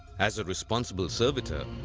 as a responsible servitor,